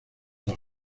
dos